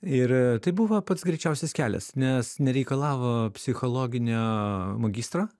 ir a tai buvo pats greičiausias kelias nes nereikalavo psichologinio magistro